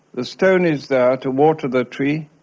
the stone is there to water the tree.